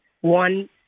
one